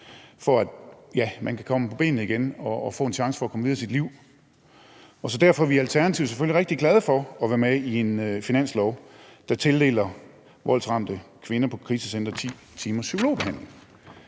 for at man kan komme på benene igen og få en chance for at komme videre i sit liv. Så derfor er vi i Alternativet selvfølgelig rigtig glade for at være med i en finanslovsaftale, der tildeler voldsramte kvinder på krisecentre 10 timers psykologbehandling.